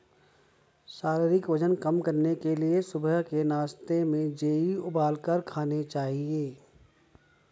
शारीरिक वजन कम करने के लिए सुबह के नाश्ते में जेई उबालकर खाने चाहिए